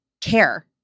care